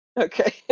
Okay